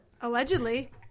Allegedly